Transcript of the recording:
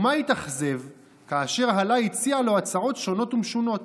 ומה התאכזב כאשר הלה הציע לו הצעות שונות ומשונות: